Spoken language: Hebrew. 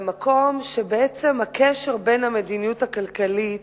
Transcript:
למקום שבעצם הקשר בין המדיניות הכלכלית